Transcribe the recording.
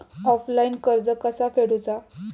Offline कर्ज कसा फेडूचा?